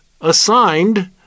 assigned